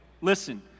Listen